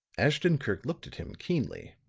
ashton-kirk looked at him keenly.